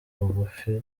ubugufi